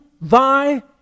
thy